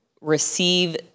receive